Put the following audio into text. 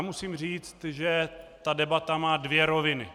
Musím říct, že debata má dvě roviny.